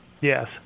Yes